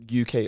UK